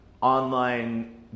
online